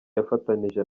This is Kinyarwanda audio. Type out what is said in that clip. yafatanije